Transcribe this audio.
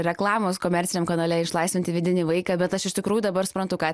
reklamos komerciniam kanale išlaisvinti vidinį vaiką bet aš iš tikrųjų dabar suprantu ką